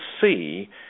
see